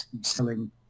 selling